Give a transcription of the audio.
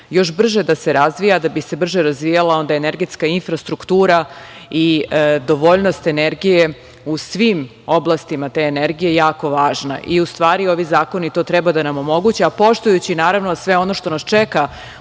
još brže da se razvija, a da bi se brže razvijala onda energetska infrastruktura i dovoljnost energije u svim oblastima te energije je jako važna. U stvari, ovi zakoni to treba da nam omoguće, a poštujući, naravno, sve ono što nas čeka